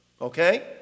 Okay